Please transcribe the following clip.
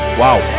wow